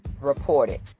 reported